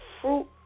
fruit